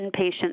inpatient